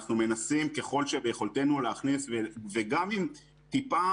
אנחנו מנסים, ככול יכולתנו, להכניס גם אם זה טיפה.